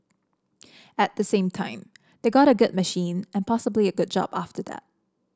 at the same time they got a good machine and possibly a good job after that